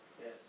Yes